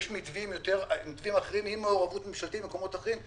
יש מתווים אחרים עם מעורבות ממשלתית במקומות אחרים.